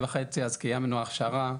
קיימנו הכשרה,